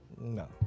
No